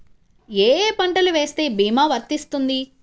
ఏ ఏ పంటలు వేస్తే భీమా వర్తిస్తుంది?